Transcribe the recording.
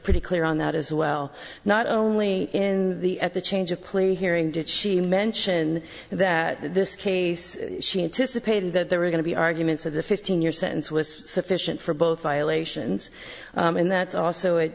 pretty clear on that as well not only in the at the change of plea hearing did she mention that this case she anticipated that there were going to be arguments of the fifteen year sentence was sufficient for both violations and that's also